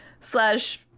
slash